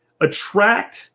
attract